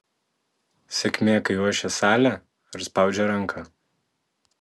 sėkmė kai ošia salė ar spaudžia ranką